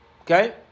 Okay